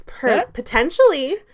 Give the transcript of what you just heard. potentially